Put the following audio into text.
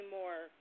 more